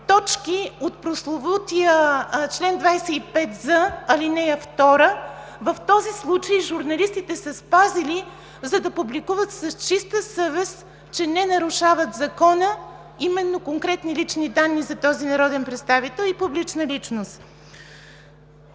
точки от прословутия чл. 25з, ал. 2 в този случай журналистите са спазили, за да публикуват с чиста съвест, че не нарушават Закона – именно конкретни лични данни за този народен представител и публична личност.